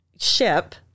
ship